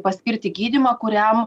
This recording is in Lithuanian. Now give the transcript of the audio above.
paskirti gydymą kuriam